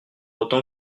autant